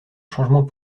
changement